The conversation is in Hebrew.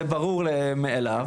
זה ברור מאליו